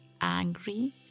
angry